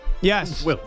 Yes